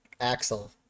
Axel